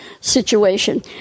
situation